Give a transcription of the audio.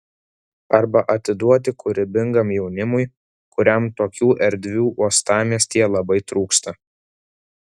arba atiduoti kūrybingam jaunimui kuriam tokių erdvių uostamiestyje labai trūksta